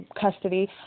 Custody